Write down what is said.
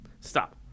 stop